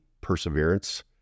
perseverance